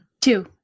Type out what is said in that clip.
two